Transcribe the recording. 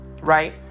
Right